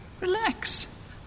Relax